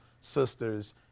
sisters